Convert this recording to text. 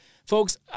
Folks